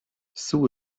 sue